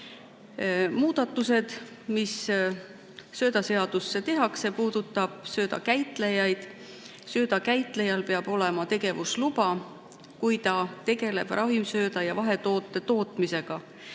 Muudatused, mis söödaseaduses tehakse, puudutavad sööda käitlejaid. Sööda käitlejal peab olema tegevusluba, kui ta tegeleb ravimsööda ja vahetoote tootmisega,